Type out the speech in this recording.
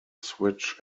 switch